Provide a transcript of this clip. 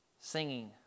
singing